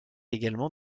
également